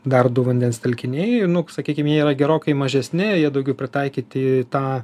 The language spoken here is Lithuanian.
dar du vandens telkiniai nu sakykime jie yra gerokai mažesni jie daugiau pritaikyti tą